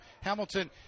Hamilton